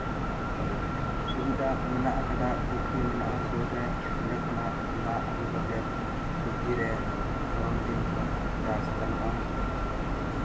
ᱥᱩᱵᱤᱫᱟ ᱢᱮᱱᱟᱜ ᱟᱠᱟᱫ ᱯᱩᱠᱷᱨᱤ ᱢᱮᱱᱟᱜᱼᱟ ᱥᱩᱨ ᱨᱮ ᱚᱸᱰᱮ ᱠᱚᱱᱟᱜ ᱫᱟᱜ ᱟᱜᱩ ᱠᱟᱛᱮᱫ ᱥᱚᱵᱡᱤ ᱨᱮ ᱫᱷᱚᱨᱚᱱ ᱫᱤᱱ ᱦᱚᱸ ᱪᱟᱥ ᱜᱟᱱᱚᱜᱼᱟ